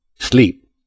sleep